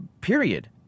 period